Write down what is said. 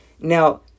Now